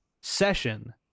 Session